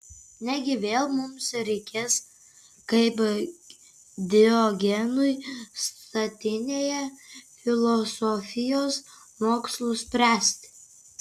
negi vėl mums reikės kaip diogenui statinėje filosofijos mokslus spręsti